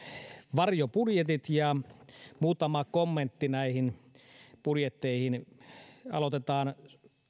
varjobudjetit ja muutama kommentti näihin budjetteihin aloitetaan